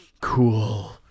cool